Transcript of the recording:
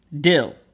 Dill